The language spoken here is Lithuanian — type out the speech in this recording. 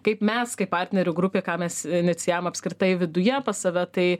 kaip mes kaip partnerių grupė ką mes inicijavom apskritai viduje pas save tai